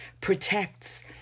protects